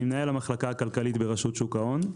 אני מנהל המחלקה הכלכלית ברשות שוק ההון.